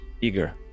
eager